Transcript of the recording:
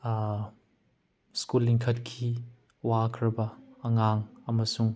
school ꯂꯤꯡꯈꯠꯈꯤ ꯋꯥꯈ꯭ꯔꯕ ꯑꯉꯥꯡ ꯑꯃꯁꯨꯡ